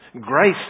Grace